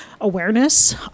awareness